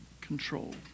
control